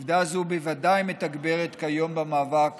עובדה זו בוודאי מתגברת כיום במאבק